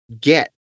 get